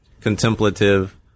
contemplative